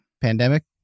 Pandemic